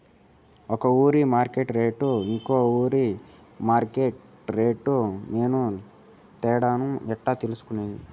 ఒక ఊరి మార్కెట్ రేట్లు ఇంకో ఊరి మార్కెట్ రేట్లు తేడాను నేను ఎట్లా తెలుసుకునేది?